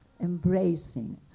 embracing